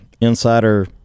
insider